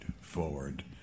forward